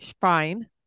Fine